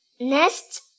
Next